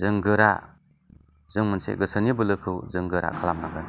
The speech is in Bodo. जों गोरा जों मोनसे गोसोनि बोलोखौ जों गोरा खालामनांगोन